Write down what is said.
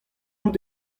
out